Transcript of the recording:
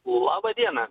laba diena